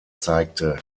zeigte